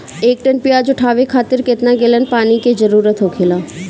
एक टन प्याज उठावे खातिर केतना गैलन पानी के जरूरत होखेला?